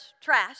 trash